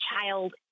child